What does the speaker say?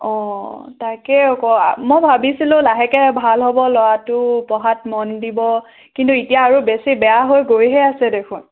অঁ তাকে আকৌ মই ভাবিছিলোঁ লাহেকৈ ভাল হ'ব ল'ৰাটো পঢ়াত মন দিব কিন্তু এতিয়া আৰু বেছি বেয়া হৈ গৈহে আছে দেখোন